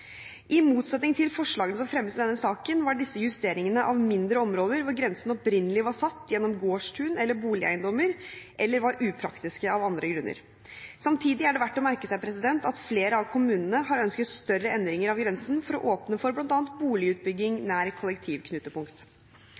I motsetning til forslagene som fremmes i denne saken, var disse justeringene av mindre områder, hvor grensene opprinnelig var satt gjennom gårdstun eller boligeiendommer eller var upraktiske av andre grunner. Samtidig er det verdt å merke seg at flere av kommunene har ønsket større endringer av grensen bl.a. for å åpne for boligutbygging nær kollektivknutepunkt.